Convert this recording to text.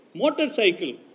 motorcycle